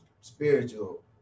spiritual